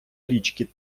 річки